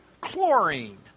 chlorine